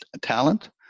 talent